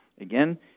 Again